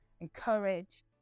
encourage